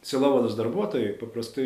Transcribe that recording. sielovados darbuotojai paprastai